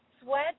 sweat